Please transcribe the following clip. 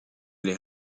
les